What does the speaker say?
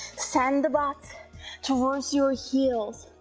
send the butt towards your heels,